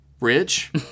Rich